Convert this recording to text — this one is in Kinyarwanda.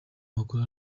amakuru